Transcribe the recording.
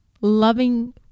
loving